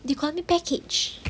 they call me package